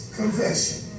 confession